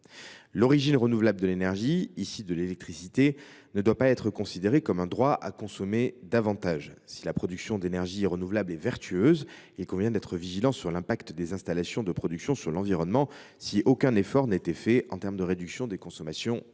L’origine renouvelable de l’énergie – ici de l’électricité – ne doit pas être considérée comme un droit à consommer davantage. Si la production d’énergie renouvelable est vertueuse, il convient d’être vigilant sur l’impact des installations de production sur l’environnement lorsqu’aucun effort n’est fait pour réduire la consommation. La pose